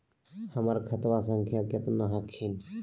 हमर खतवा संख्या केतना हखिन?